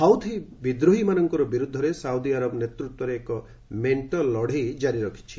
Houthi ବିଦ୍ରୋହୀମାନଙ୍କର ବିରୁଦ୍ଧରେ Saudi Arabia ନେତୃତ୍ୱରେ ଏକ ମେଣ୍ଟ ଲଡ଼େଇ କାରି ରଖିଛି